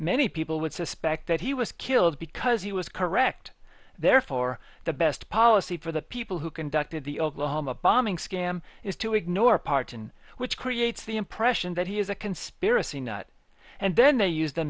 many people would suspect that he was killed because he was correct therefore the best policy for the people who conducted the oklahoma bombing scam is to ignore parton which creates the impression that he is a conspiracy nut and then they use the